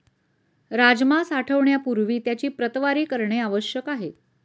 राजमा साठवण्यापूर्वी त्याची प्रतवारी करणे आवश्यक आहे